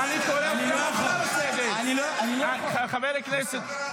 מה פתאום קראת אותו לסדר --- חבר הכנסת.